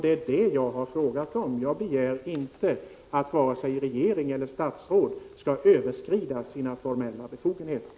Det är det jag har frågat om — jag begär inte att vare sig regeringen eller något statsråd skall överskrida sina formella befogenheter.